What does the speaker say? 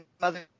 mother